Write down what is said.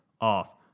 off